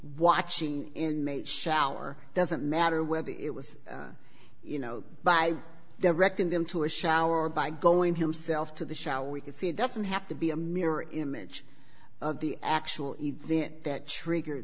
watching inmate shower doesn't matter whether it was you know by directing them to a shower or by going himself to the shower we can see it doesn't have to be a mirror image of the actual event that trigger